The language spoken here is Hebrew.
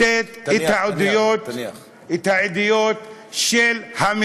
ציטט את העדויות של המרצחים,